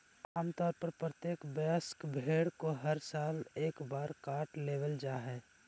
आम तौर पर प्रत्येक वयस्क भेड़ को हर साल एक बार काट लेबल जा हइ